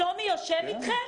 שלומי יושב איתכם?